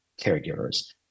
caregivers